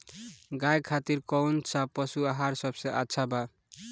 गाय खातिर कउन सा पशु आहार सबसे अच्छा बा?